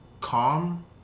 calm